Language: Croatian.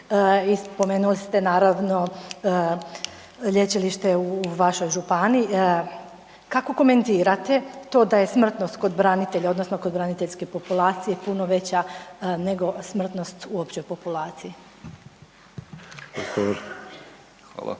i spomenuli ste naravno lječilište u vašoj županiji. Kako komentirate to da je smrtnost kod branitelja odnosno kod braniteljske populacije puno veća nego smrtnost u općoj populaciji?